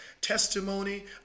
testimony